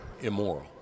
immoral